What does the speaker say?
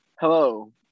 Hello